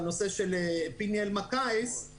בנושא של פיני אלמקייס,